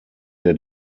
der